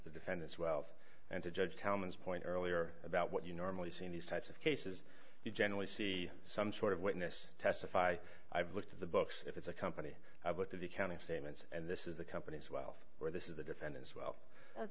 the defendant's wealth and to judge thomas point earlier about what you normally see in these types of cases you generally see some sort of witness testify i've looked at the books it's a company i've looked at accounting statements and this is the company's wealth where this is the defendants well th